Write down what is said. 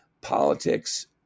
politics